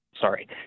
sorry